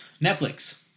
Netflix